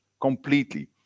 completely